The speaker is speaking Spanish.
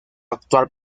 actual